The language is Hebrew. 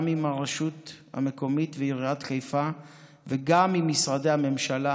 גם עם הרשות המקומית ועיריית חיפה וגם עם משרדי הממשלה,